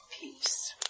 peace